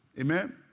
amen